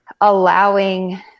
allowing